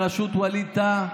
בראשות ווליד טאהא.